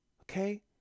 okay